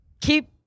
keep